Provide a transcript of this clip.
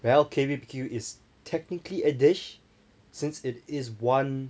well K_B_B_Q is technically a dish since it is one